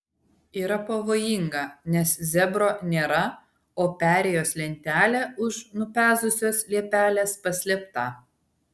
yra pavojinga nes zebro nėra o perėjos lentelė už nupezusios liepelės paslėpta